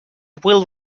will